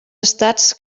estats